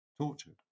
tortured